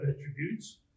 attributes